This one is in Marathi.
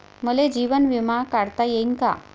मले जीवन बिमा काढता येईन का?